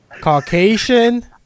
Caucasian